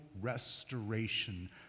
restoration